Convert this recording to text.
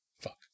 Fuck